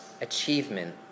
achievement